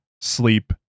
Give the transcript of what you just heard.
sleep